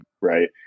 right